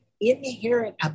inherent